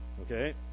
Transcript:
okay